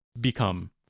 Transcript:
become